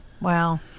wow